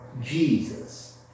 Jesus